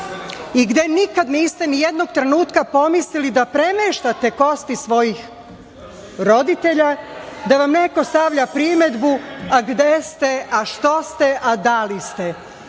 i gde nikad niste ni jednog trenutka pomislili da premeštate kosti svojih roditelja, da vam neko stavlja primedbu - a gde ste a što ste, a da li ste.